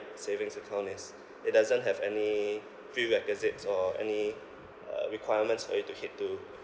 savings account is it doesn't have any prerequisites or any uh requirements for you to hit to